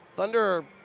Thunder